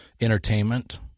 entertainment